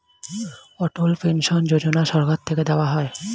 অটল pension Yojana সরকার থেকে দেওয়া হয়